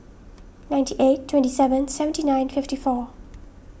ninety eight twenty seven seventy nine fifty four